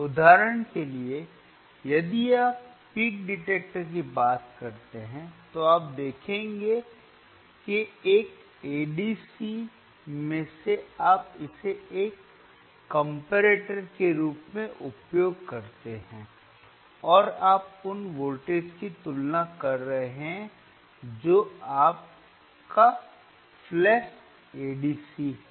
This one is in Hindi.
उदाहरण के लिए यदि आप पीक डिटेक्टर की बात करते हैं तो आप देखेंगे एक ADCs में सेआप इसे एक कम्पेरेटर के रूप में उपयोग करते हैं और आप उन वोल्टेज की तुलना कर रहे हैं जो आपका फ्लैश ADC है